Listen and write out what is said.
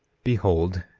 behold,